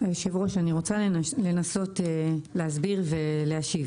היושב ראש, אני רוצה לנסות להסביר ולהשיב.